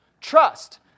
Trust